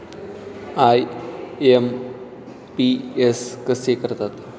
IMPS कसे करतात?